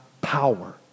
power